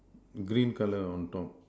green colour on top